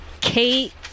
Kate